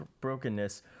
brokenness